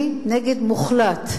אני נגד מוחלט,